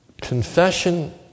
Confession